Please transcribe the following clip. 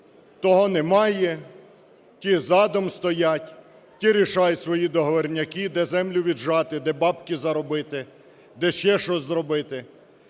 Того немає, ті задом стоять, ті рішають свої договорняки, де землю віджати, де "бабки" заробити, де ще щось зробити.